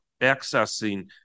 accessing